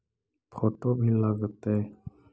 Photo भी लग तै?